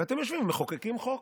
ואתם יושבים ומחוקקים חוק.